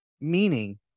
Meaning